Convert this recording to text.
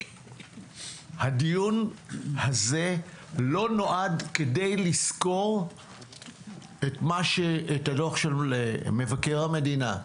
הדיון הזה לא נועד כדי לסקור את הדוח של מבקר המדינה.